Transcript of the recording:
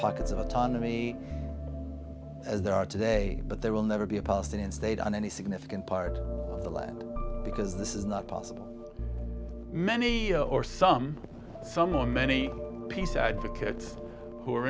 pockets of autonomy as there are today but there will never be a palestinian state on any significant part of the land because this is not possible many horse some some on many peace advocates who are